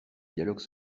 dialogue